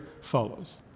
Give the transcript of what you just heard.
follows